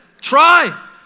Try